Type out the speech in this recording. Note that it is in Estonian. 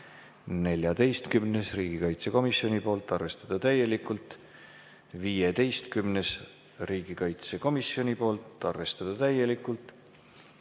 14., riigikaitsekomisjoni poolt, arvestada täielikult. 15., riigikaitsekomisjoni poolt, arvestada täielikult.